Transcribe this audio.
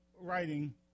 writing